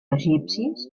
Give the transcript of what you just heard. egipcis